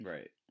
Right